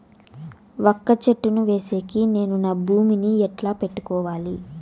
వక్క చెట్టును వేసేకి నేను నా భూమి ని ఎట్లా పెట్టుకోవాలి?